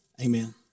Amen